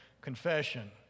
confession